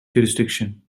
jurisdiction